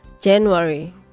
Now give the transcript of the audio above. January